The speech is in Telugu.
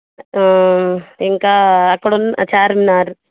ఇంకా అక్కడున్న చార్మినార్